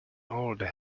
old